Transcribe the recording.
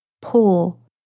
pull